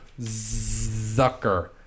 Zucker